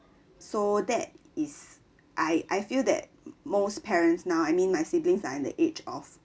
so that is I I feel that most parents now I mean my siblings are in the age of